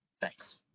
thanks